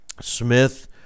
Smith